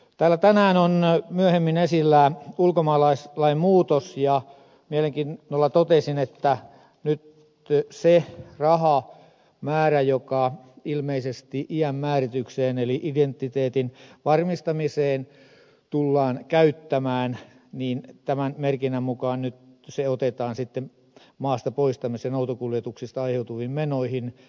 täällä tänään on myöhemmin esillä ulkomaalaislain muutos ja mielenkiinnolla totesin että nyt se rahamäärä joka ilmeisesti iän määritykseen eli identiteetin varmistamiseen tullaan käyttämään tämän merkinnän mukaan se otetaan sitten maasta poistamisesta autokuljetuksista aiheutuviin menoihin